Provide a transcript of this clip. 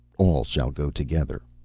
all shall go together.